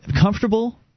comfortable